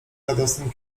radosnym